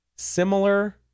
similar